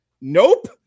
nope